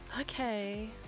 okay